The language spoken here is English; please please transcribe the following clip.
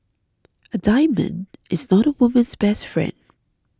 a diamond is not a woman's best friend